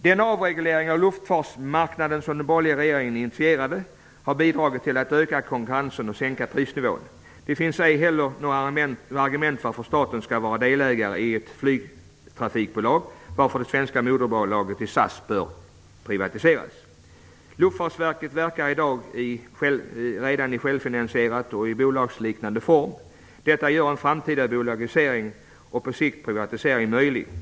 Den avreglering av luftfartsmarknaden som den borgerliga regeringen initierade har bidragit till att öka konkurrensen och sänka prisnivån. Det finns ej heller några argument för att staten skall vara delägare i ett flygtrafikbolag, varför det svenska moderbolaget i SAS bör privatiseras. Luftfartsverket verkar redan i dag självfinansierat och i bolagsliknande form. Detta gör en framtida bolagisering och på sikt en privatisering möjlig.